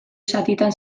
zatitan